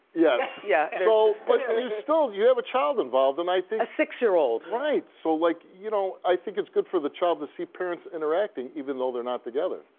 yes, yeah so but you still you have a child involved and i think a six year old. right. so like you know i think it's good for the child to see parents interacting even though they're not together.